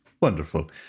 Wonderful